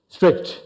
Strict